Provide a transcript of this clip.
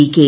D K